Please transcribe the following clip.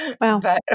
Wow